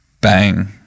Bang